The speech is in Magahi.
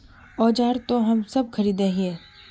औजार तो हम सब खरीदे हीये?